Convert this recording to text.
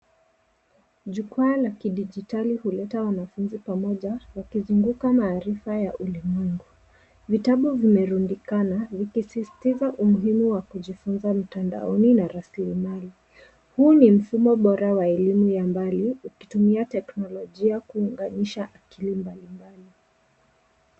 Jukwaa la kidijitali huleta wanafunzi pamoja wakizunguka maarifa ya ulimwengu. Vitabu vimerundikana vikisisitiza umuhimu wa kujifunza mtandaoni na rasilimali. Huu ni mfumo bora wa elimu ya mbali, ukitumia teknolojia kuunganisha akili mbali mbali.